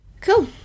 Cool